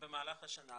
במהלך השנה.